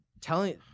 telling